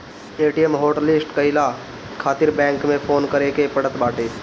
ATM hotlist कईला खातिर bank में फोन करे के पड़त बाटे